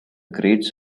crates